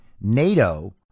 NATO